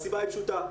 הסיבה היא פשוטה.